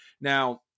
Now